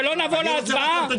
שלא נעבור להצבעה?